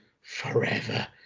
forever